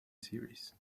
series